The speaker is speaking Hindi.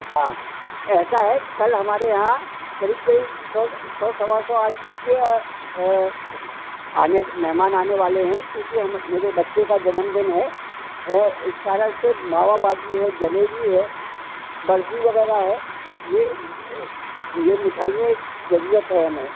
हाँ ऐसा है कल हमारे यहाँ क़रीब क़रीब सौ सौ सवा सौ आदमी के आने मेहमान आने वाले हैं क्योंकि हम मेरे बच्चे का जन्मदिन है इस कारण से मावा बाटी है जलेबी है बर्फी वग़ैरह है ये ये मिठाइयों ज़रूरत है हमें